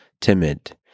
timid